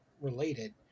related